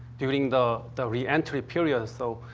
during the the reentry period. so,